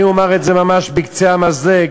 אני אומר את זה ממש בקצה המזלג: